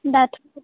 होनबाथ'